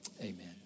Amen